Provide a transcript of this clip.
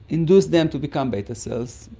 induce them to become beta cells,